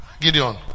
Gideon